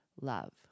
love